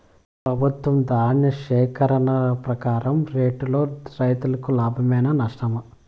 ప్రభుత్వం ధాన్య సేకరణ ప్రకారం రేటులో రైతుకు లాభమేనా నష్టమా?